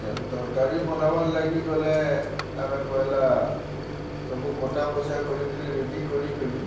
ଯେନ୍ ତରକାରୀ ବନାବାର୍ ଲାଗି ଗଲେ ଆମେ ପହେଲା ସବୁ କଟାବଛା କରିକରି ରେଡ଼ି କରିକିରି